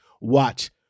watch